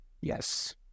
Yes